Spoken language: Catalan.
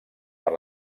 per